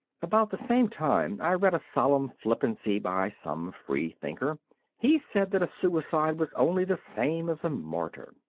about the same time i read a solemn flippancy by some free thinker he said that a suicide was only the same as a martyr.